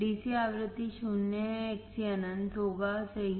DC आवृत्ति शून्य है Xc अनंत होगा सही